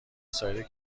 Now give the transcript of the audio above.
سایر